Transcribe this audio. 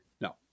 No